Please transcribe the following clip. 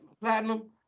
Platinum